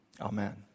amen